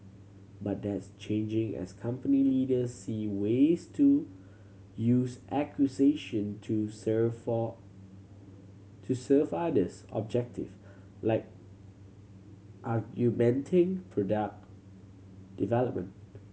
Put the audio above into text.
but that's changing as company leaders see ways to use acquisition to to serve others objective like argumenting product development